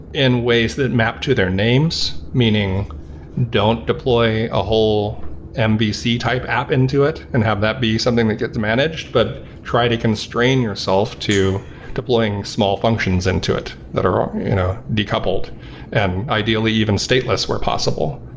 in ways that map to their names. meaning don't deploy a whole mbc type app into it and have that be something that gets managed, but try to constrain yourself to deploying small functions into it that are decoupled and ideally even stateless were possible.